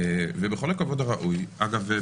אגב,